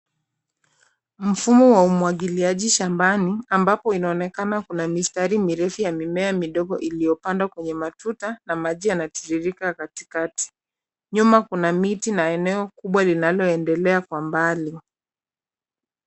Mfumo wa umwagiliaji shambani ambapo inaonekana kuna mistari mirefu ya mimea midogo iliyopandwa kwenye matuta, na maji yanatiririka katikati. Nyuma kuna miti na eneo kubwa linaloendelea kwa mbali.